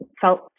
felt